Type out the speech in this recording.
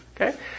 Okay